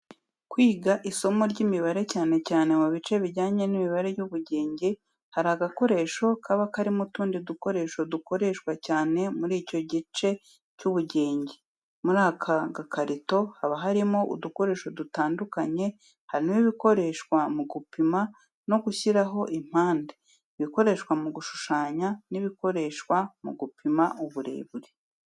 Mu kwiga isomo ry'imibare cyane cyane mu bice bijyanye n’imibare y’ubugenge, hari agakoresho kaba karimo utundi dukoresho dukoreshwa cyane muri icyo gice cy'ubugenge, muri aka gakarito haba harimo udukoresho dutandukanye, harimo ibikoreshwa mu gupima no gushyiraho impande, ibikoreshwa mu gushushanya n'ibikoreshwa mu gupima uburebure.